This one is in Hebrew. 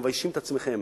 אתם מביישים את עצמכם.